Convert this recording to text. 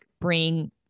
bring